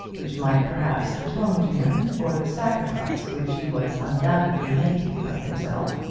which might perhaps atone to him for the sacrifice which he was undoubtedly making of himself.